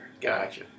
Gotcha